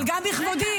אבל בכבודי.